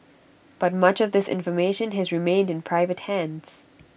but much of this information has remained in private hands